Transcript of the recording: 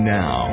now